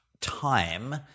time